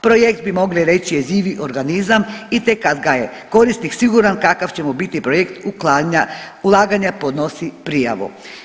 Projekt bi mogli reći je živi organizam i tek kad ga je korisnik siguran kakav će mu biti projekt uklanja ulaganja podnosi prijavu.